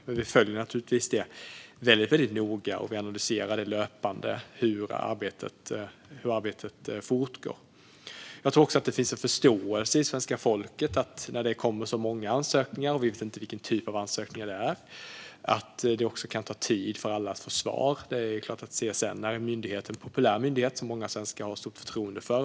Men vi följer naturligtvis detta väldigt noga och analyserar löpande hur arbetet fortgår. Jag tror också att det finns en förståelse hos svenska folket för att det kan ta tid för alla att få svar när det kommer så många ansökningar och man inte vet vilken typ av ansökningar det är. CSN är en populär myndighet som många svenskar har stort förtroende för.